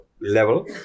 level